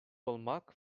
olmak